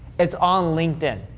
it's on linked in.